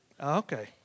Okay